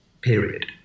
period